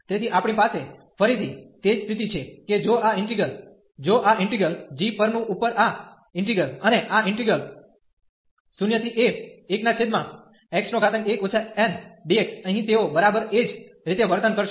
તેથી આપણી પાસે ફરીથી તે જ સ્થિતિ છે કે જો આ ઈન્ટિગ્રલ જો આ ઈન્ટિગ્રલ g પરનું ઉપર આ ઈન્ટિગ્રલ અને આ ઈન્ટિગ્રલ 0a1x1 ndx અહીં તેઓ બરાબર એ જ રીતે વર્તન કરશે